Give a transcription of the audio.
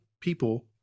people